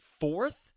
fourth